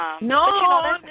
no